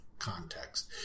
Context